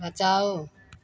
बचाओ